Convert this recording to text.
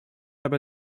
aber